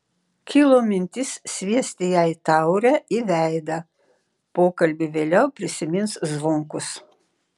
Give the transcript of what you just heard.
kilo mintis sviesti jai taurę į veidą pokalbį vėliau prisimins zvonkus